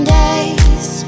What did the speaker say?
days